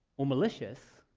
or malicious,